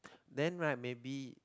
then right maybe